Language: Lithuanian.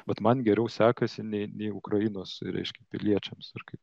vat man geriau sekasi nei nei ukrainos reiškia piliečiams ar kaip